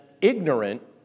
ignorant